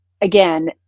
again